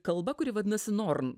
kalba kuri vadinasi norn